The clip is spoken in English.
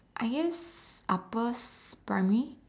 I guess upper primary